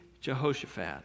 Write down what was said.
Jehoshaphat